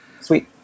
Sweet